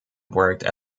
worked